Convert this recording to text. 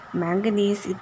manganese